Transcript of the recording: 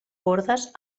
bordes